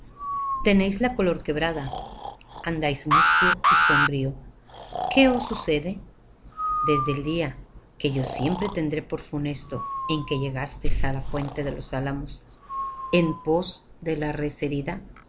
tenéis la color quebrada andáis mustio y sombrío qué os sucede desde el día que yo siempre tendré por funesto en que llegásteis á la fuente de los álamos en pos de la